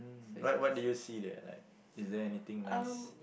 mm what what did you see there like is there anything nice